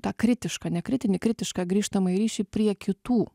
tą kritišką ne kritinį kritišką grįžtamąjį ryšį prie kitų